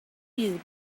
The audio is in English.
you